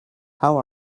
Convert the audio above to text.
how